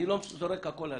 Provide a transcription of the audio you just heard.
אני לא זורק הכול עליך.